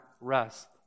rest